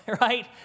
right